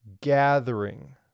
gathering